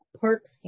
parks